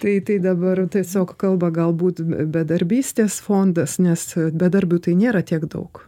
tai tai dabar tiesiog kalba galbūt bedarbystės fondas nes bedarbių tai nėra tiek daug